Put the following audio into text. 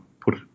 put